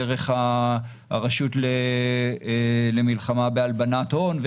דרך הרשות למלחמה בהלבנת הון,